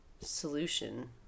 solution